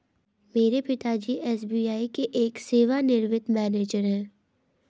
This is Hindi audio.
मेरे पिता जी एस.बी.आई के एक सेवानिवृत मैनेजर है